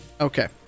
Okay